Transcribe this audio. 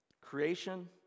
Creation